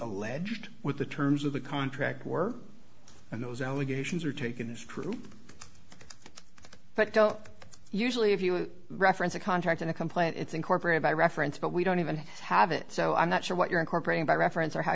alleged with the terms of the contract were and those allegations are taken as true but don't usually if you reference a contract in a complaint it's incorporated by reference but we don't even have it so i'm not sure what you're incorporating by reference or how